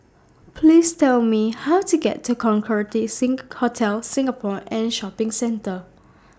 Please Tell Me How to get to Concorde Hotel Singapore and Shopping Centre